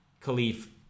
caliph